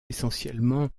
essentiellement